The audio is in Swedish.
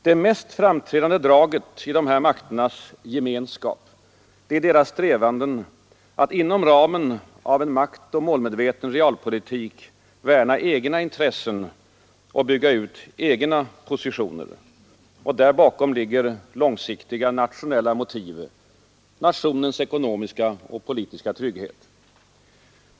Det mest framträdande draget i dessa båda makters ”gemenskap” är deras strävanden att inom ramen av en maktoch målmedveten realpolitik värna egna intressen och bygga ut egna positioner. Där bakom ligger långsiktiga nationella motiv. Nationens ekonomiska och politiska trygghet.